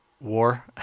war